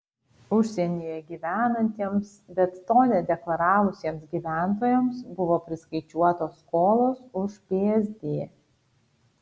užsienyje gyvenantiems bet to nedeklaravusiems gyventojams buvo priskaičiuotos skolos už psd